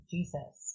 Jesus